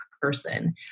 person